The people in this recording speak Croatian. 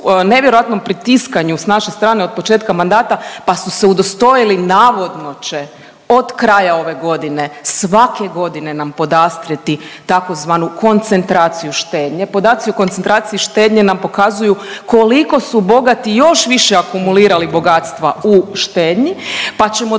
nevjerojatnom pritiskanju s naše strane od početka mandata, pa su se udostojili i navodno će od kraja ove godine svake godine nam podastrijeti tzv. koncentraciju štednje, podaci o koncentraciji štednje nam pokazuju koliko su bogati još više akumulirali bogatstva u štednji pa ćemo dobiti